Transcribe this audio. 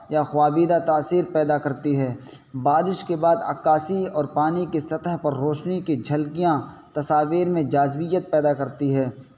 یا خوابیدہ تاثیر پیدا کرتی ہے بارش کے بعد عکاسی اور پانی کی سطح پر روشنی کی جھلکیاں تصاویر میں جاذبت پیدا کرتی ہے